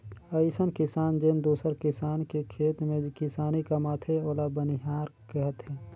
अइसन किसान जेन दूसर किसान के खेत में किसानी कमाथे ओला बनिहार केहथे